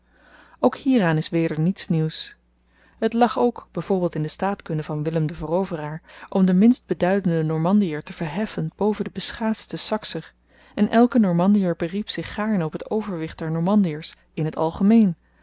ook hieraan is weder niets nieuws het lag ook byv in de staatkunde van willem den veroveraar om den minstbeduidenden normandier te verheffen boven den beschaafdsten sakser en elke normandier beriep zich gaarne op t overwicht der normandiers in het algemeen